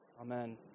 Amen